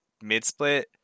mid-split